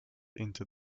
into